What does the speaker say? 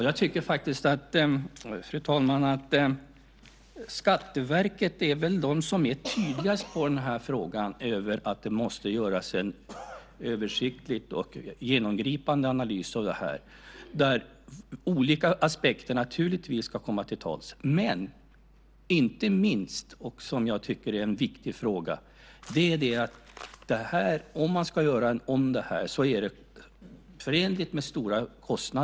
Jag tycker faktiskt, fru talman, att det är Skatteverket som är tydligast i den här frågan om att det måste göras en översiktlig och genomgripande analys där olika aspekter naturligtvis ska komma till tals. Inte minst viktigt är att det är förenligt med stora kostnader om man ska göra om det här.